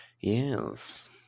yes